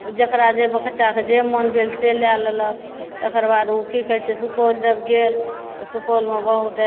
जकरा जे बच्चा के मोन भेल से लए लेलक तकर बाद ओ की कहै छै सुपौल जभ गेल तऽ सुपौलमे बहुत